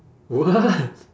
what